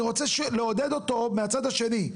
אני רוצה לעודד אותו מהצד השני.